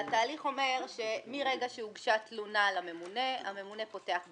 התהליך אומר שמרגע שהוגשה תלונה לממונה הממונה פותח בחקירה,